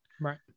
Right